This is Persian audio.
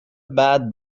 بعد